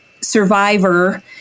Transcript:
survivor